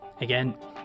Again